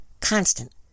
Constant